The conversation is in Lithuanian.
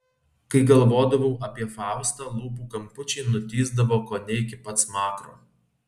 kai galvodavau apie faustą lūpų kampučiai nutįsdavo kone iki pat smakro